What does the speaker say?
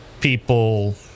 people